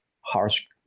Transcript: harsh